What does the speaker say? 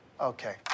Okay